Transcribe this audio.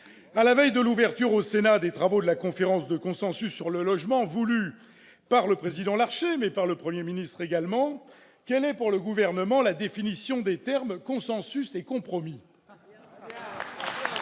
à la veille de l'ouverture au Sénat des travaux de la conférence de consensus sur le logement, voulue par le président Larcher et par le Premier ministre, quelle est, pour le Gouvernement, la définition des termes « consensus » et « compromis »